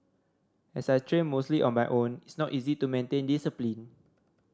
as I train mostly on my own it's not easy to maintain discipline